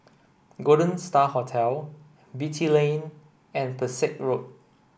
Golden Star Hotel Beatty Lane and Pesek Road